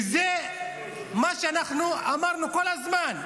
וזה מה שאנחנו אמרנו כל הזמן.